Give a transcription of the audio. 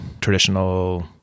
traditional